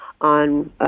on